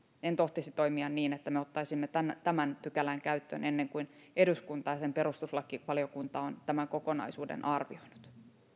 en tohtisi toimia niin että me ottaisimme tämän tämän pykälän käyttöön ennen kuin eduskunta ja sen perustuslakivaliokunta on tämän kokonaisuuden arvioinut